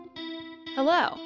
Hello